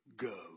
Go